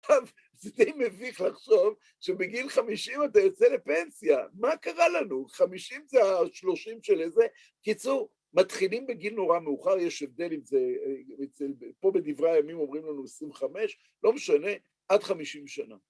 טוב, זה די מביך לחשוב שבגיל חמישים אתה יוצא לפנסיה, מה קרה לנו? חמישים זה השלושים של איזה... קיצור, מתחילים בגיל נורא מאוחר, יש הבדל אם זה... פה בדברי הימים אומרים לנו 25, לא משנה, עד חמישים שנה.